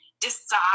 decide